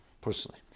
personally